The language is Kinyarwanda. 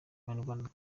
abanyarwanda